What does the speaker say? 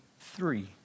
three